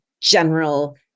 general